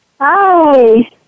Hi